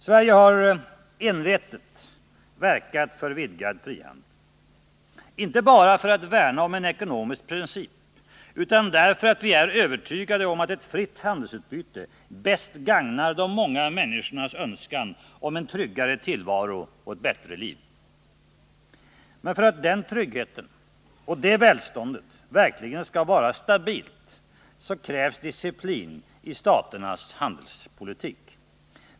Sverige har envetet verkat för vidgad frihandel — inte bara för att värna om en ekonomisk princip, utan därför att vi är övertygade om att ett fritt handelsutbyte bäst gagnar de många människornas önskan att få en tryggare tillvaro och ett bättre liv. Men för att den tryggheten och det välståndet verkligen skall vara stabilt krävs disciplin i staternas handelspolitik.